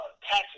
taxes